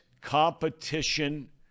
competition